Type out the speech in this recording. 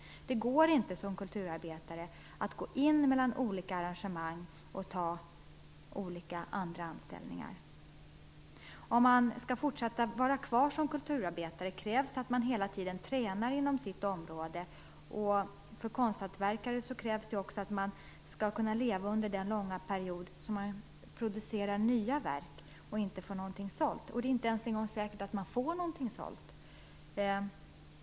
Som kulturarbetare kan man inte ta andra anställningar mellan olika engagemang. Om man skall fortsätta att vara kvar som kulturarbetare krävs det att man hela tiden tränar inom sitt område. Som konsthantverkare måste man ju också kunna leva under den långa period då man producerar nya verk och inte får något sålt. Det är inte ens säkert att man får något sålt.